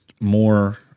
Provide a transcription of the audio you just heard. more